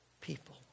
people